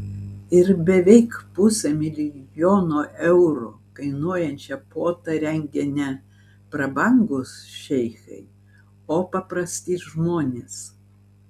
ir beveik pusę milijono eurų kainuojančią puotą rengė ne prabangūs šeichai o paprasti žmonės